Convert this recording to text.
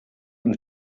und